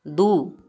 दू